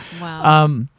Wow